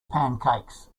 pancakes